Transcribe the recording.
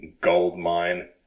goldmine